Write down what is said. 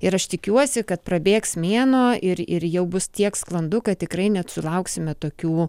ir aš tikiuosi kad prabėgs mėnuo ir ir jau bus tiek sklandu kad tikrai nesulauksime tokių